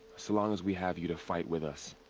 so long as we have you to fight with us.